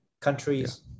countries